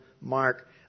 Mark